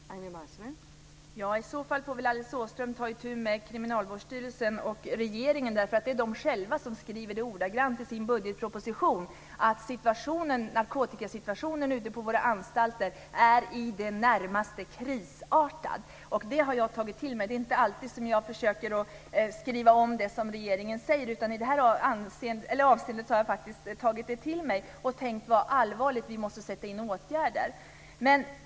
Fru talman! I så fall får Alice Åström ta itu med Kriminalvårdsstyrelsen och regeringen. Det är de själva som skriver ordagrant i budgetpropositionen att narkotikasituationen ute på våra anstalter är i det närmaste krisartad. Det har jag tagit till mig. Det är inte så att jag försöker att skriva om det som regeringen säger. I detta avseende har jag tagit det till mig. Det är allvarligt, och vi måste sätta in åtgärder.